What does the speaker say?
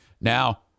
Now